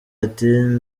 ati